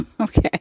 Okay